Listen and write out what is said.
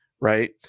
right